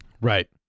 Right